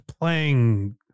playing